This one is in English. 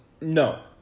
No